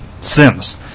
Sims